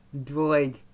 droid